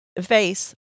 face